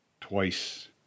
twice